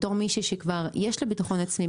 בתור מישהי שכבר יש לה ביטחון עצמי,